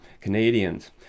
Canadians